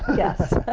yes.